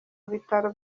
bitaro